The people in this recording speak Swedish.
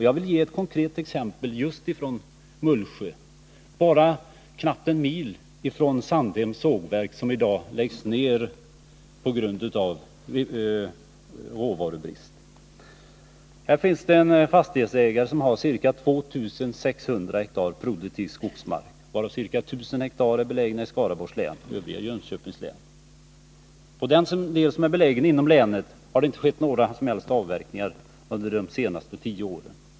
Jag vill ge ett konkret exempel just från Mullsjö, bara knappt en mil från Sandhems sågverk, som i dag läggs ned på grund av råvarubrist. Där finns det en fastighetsägare som har 2 600 hektar produktiv skogsmark, varav ca 1 000 hektar finns i Skaraborgs län och övrigt i Jönköping län. I den del som är belägen inom Skaraborgs län har det inte skett några som helst avverkningar under de senaste tio åren.